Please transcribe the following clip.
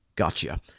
gotcha